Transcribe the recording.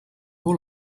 all